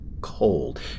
cold